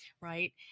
Right